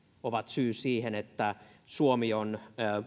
ovat syy siihen että suomi on